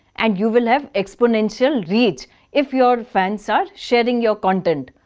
and you will have exponential reach if your fans are sharing your content.